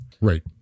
Right